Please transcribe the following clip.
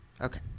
Okay